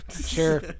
sure